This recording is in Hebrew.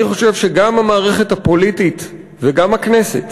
אני חושב שגם המערכת הפוליטית וגם הכנסת